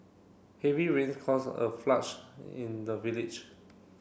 heavy rain caused a in the village